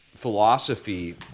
philosophy